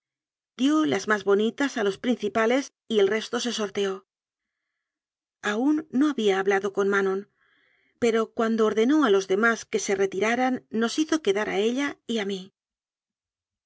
dió las más bo nitas a los principales y el resto se sorteó aún no había hablado a manon pero cuando ordenó a los demás que se retiraran nos hizo quedar a ella y a mí